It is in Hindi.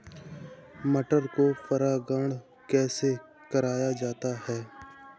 मटर को परागण कैसे कराया जाता है?